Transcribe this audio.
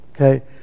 okay